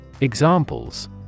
Examples